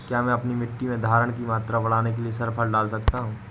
क्या मैं अपनी मिट्टी में धारण की मात्रा बढ़ाने के लिए सल्फर डाल सकता हूँ?